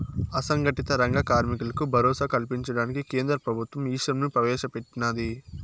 అసంగటిత రంగ కార్మికులకు భరోసా కల్పించడానికి కేంద్ర ప్రభుత్వం ఈశ్రమ్ ని ప్రవేశ పెట్టినాది